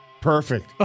Perfect